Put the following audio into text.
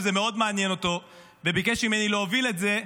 שזה מאוד מעניין אותו וביקש ממני להוביל את זה,